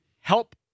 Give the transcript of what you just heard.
help